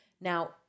Now